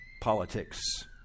politics